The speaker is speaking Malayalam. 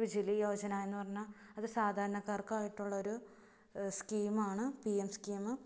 വിജിലി യോജന എന്ന് പറഞ്ഞ അത് സാധാരണക്കാര്ക്ക് ആയിട്ടുള്ള ഒരു സ്കീമാണ് പി എം സ്കീം